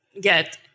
get